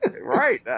Right